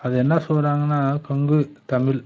அது என்ன சொல்கிறாங்கனா கொங்கு தமிழ்